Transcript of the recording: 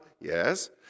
Yes